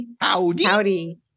Howdy